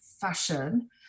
fashion